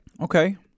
Okay